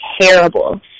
Terrible